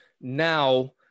now